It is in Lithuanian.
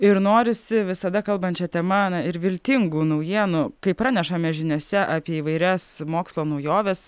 ir norisi visada kalbant šia tema na ir viltingų naujienų kai pranešame žiniose apie įvairias mokslo naujoves